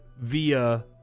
via